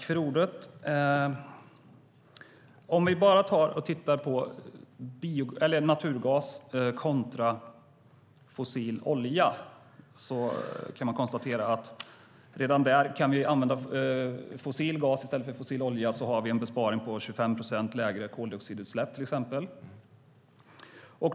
Fru talman! Om vi tittar bara på naturgas kontra fossil olja kan vi konstatera att kan fossil gas användas i stället för fossil olja har vi redan där en besparing i form av till exempel 25 procent lägre koldioxidutsläpp.